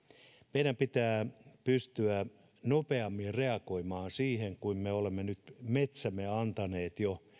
meidän pitää pystyä nopeammin reagoimaan siinä ja kun me olemme nyt jo metsämme antaneet